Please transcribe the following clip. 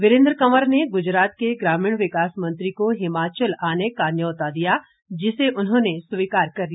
वीरेन्द्र कंवर ने गुजरात के ग्रामीण विकास मंत्री को हिमाचल आने का न्यौता दिया जिसे उन्होंने स्वीकार कर दिया